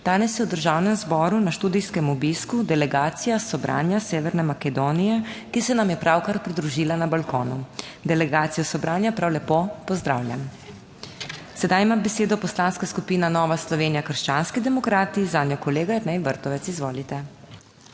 Danes je v Državnem zboru na študijskem obisku delegacija Sobranja Severne Makedonije, ki se nam je pravkar pridružila na balkonu. Delegacijo Sobranja prav lepo pozdravljam! Sedaj ima besedo Poslanska skupina Nova Slovenija - Krščanski demokrati, zanjo kolega Jernej Vrtovec. Izvolite.